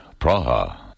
Praha